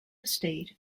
estate